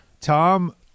Tom –